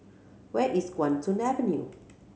where is Guan Soon Avenue